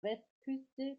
westküste